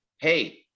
Hey